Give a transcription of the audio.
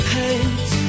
hate